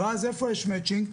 ואז איפה יש מצ'ינג?